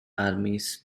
armies